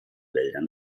wäldern